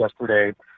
Yesterday